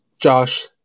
josh